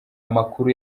amakuru